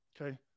Okay